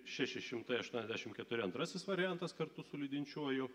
šeši šimtai aštuoniasdešim keturi antrasis variantas kartu su lydinčiuoju